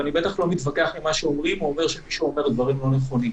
ואני בטח לא מתווכח על מה שאומרים או אומר שמישהו אומר דברים לא נכונים.